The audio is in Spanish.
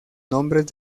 nombres